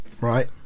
right